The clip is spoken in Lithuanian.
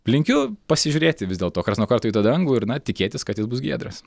linkiu pasižiūrėti vis dėlto karts nuo karto į tą dangų ir na tikėtis kad jis bus giedras